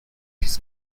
his